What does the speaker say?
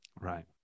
Right